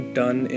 done